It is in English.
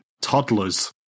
toddlers